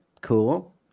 Cool